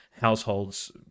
households